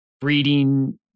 breeding